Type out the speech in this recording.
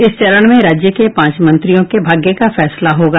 इस चरण में राज्य के पांच मंत्रियों के भाग्य का फैसला होगा